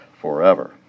forever